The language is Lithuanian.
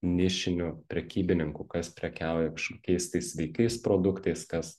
nišinių prekybininkų kas prekiauja kažkokiais tai sveikais produktais kas